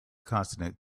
consonant